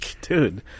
dude